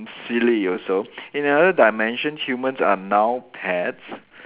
silly also in another dimension humans are now pets